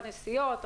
סוכנויות הנסיעות,